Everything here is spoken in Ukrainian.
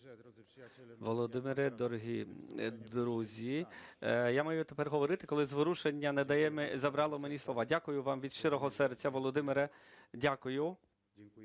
Володимире, дорогі друзі! Я маю тепер говорити, коли зворушення забрало мої слова. Дякую вам від щирого серця, Володимире. Дякую.